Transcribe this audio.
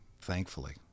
thankfully